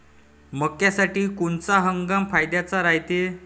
मक्क्यासाठी कोनचा हंगाम फायद्याचा रायते?